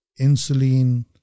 insulin